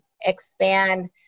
expand